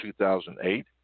2008